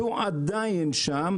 והוא עדיין כך,